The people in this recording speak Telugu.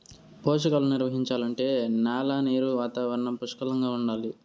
పోషకాలు నిర్వహించాలంటే న్యాల నీరు వాతావరణం పుష్కలంగా ఉండాలి